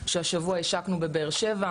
שהשבוע השקנו בבאר שבע,